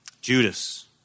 Judas